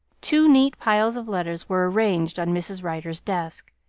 two neat piles of letters were arranged on mrs. rider's desk,